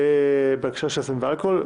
בהקשר של סמים ואלכוהול.